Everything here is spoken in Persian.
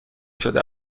شده